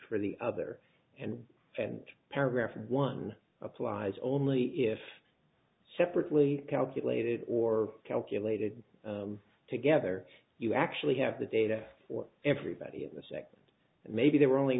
for the other end and paragraph one applies only if separately calculated or calculated together you actually have the data for everybody in the sec maybe there were only